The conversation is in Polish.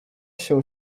się